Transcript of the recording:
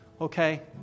okay